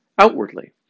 outwardly